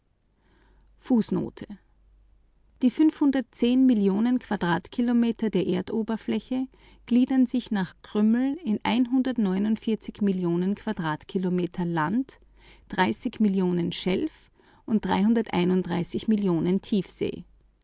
die millionen quadratkilometer der erdoberfläche gliedern sich nach krümmel in quadratkilometer land und